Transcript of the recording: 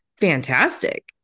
fantastic